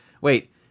wait